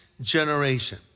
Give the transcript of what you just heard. generation